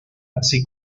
así